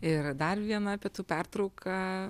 ir dar viena pietų pertrauka